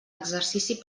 exercici